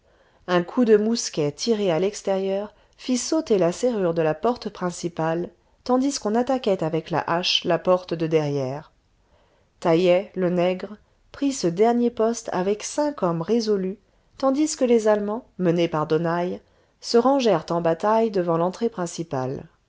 un coup de mousquet tiré à l'extérieur fit sauter la serrure de la porte principale tandis qu'on attaquait avec la hache la porte de derrière taïeh le nègre prit ce dernier poste avec cinq hommes résolus tandis que les allemands menés par donaï se rangèrent ou bataille devant l'entrée principale